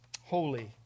Holy